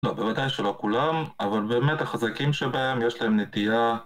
לא באמת שלא כולם, אבל באמת החזקים שבהם יש להם נטייה